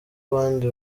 abandi